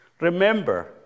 Remember